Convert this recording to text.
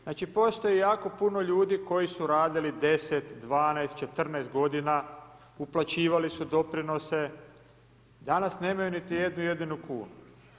Znači, postoji jako puno ljudi koji su radili 10, 12, 14 godina, uplaćivali su doprinose, danas nemaju niti jednu jedinu kunu.